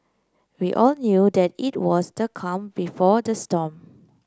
we all knew that it was the calm before the storm